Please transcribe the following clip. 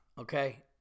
okay